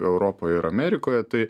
europoje ir amerikoje tai